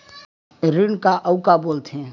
ऋण का अउ का बोल थे?